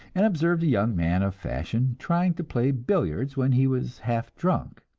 and observed a young man of fashion trying to play billiards when he was half drunk.